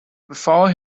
before